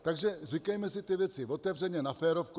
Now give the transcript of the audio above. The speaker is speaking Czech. Takže říkejme si ty věci otevřeně, na férovku.